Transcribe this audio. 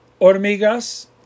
hormigas